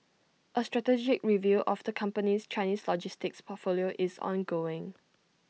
A strategic review of the company's Chinese logistics portfolio is ongoing